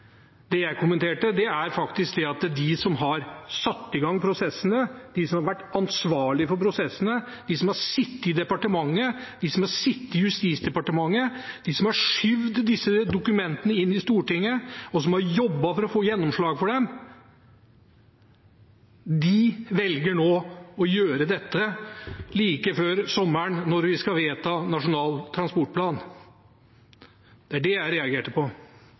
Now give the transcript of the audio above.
er at de som har satt i gang prosessene, de som har vært ansvarlige for prosessene, de som har sittet i departementet, de som har sittet i Justisdepartementet, de som har skjøvet disse dokumentene inn i Stortinget, og som har jobbet for å få gjennomslag for dem, de velger nå å gjøre dette like før sommeren, når vi skal vedta Nasjonal transportplan. Det var det jeg reagerte på.